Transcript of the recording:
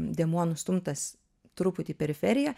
dėmuo nustumtas truputį į periferiją